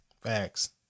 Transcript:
Facts